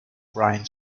brian